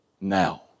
now